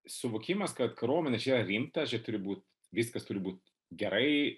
suvokimas kad kariuomenė čia rimta čia turi būt viskas turi būt gerai